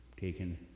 taken